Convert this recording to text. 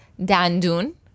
dandun